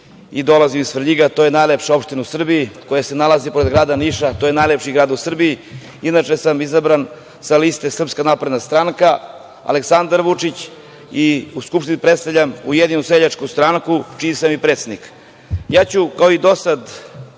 i dolazim iz Svrljiga. To je najlepša opština u Srbiji, koja se nalazi pored grada Niša. To je najlepši grad u Srbiji. Inače sam izabran sa liste SNS – Aleksandar Vučić i Skupštini predstavlja Ujedinjenu seljačku stranku čiji sam i predsednik. Ja ću kao i do sada